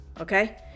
Okay